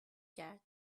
کرد